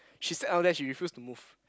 she sat down there she refuse to move